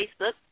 Facebook